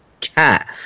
cat